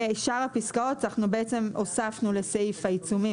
בשאר הפסקאות אנחנו בעצם הוספנו לסעיף העיצומים